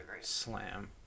slam